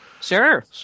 sure